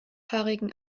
haarigen